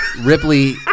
Ripley